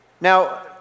Now